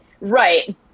Right